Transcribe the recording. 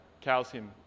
calcium